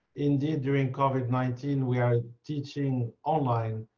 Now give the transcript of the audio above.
indeed during covid nineteen, we are teaching online,